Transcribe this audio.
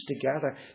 together